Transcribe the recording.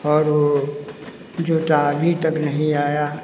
और वो जूता अभी तक नहीं आया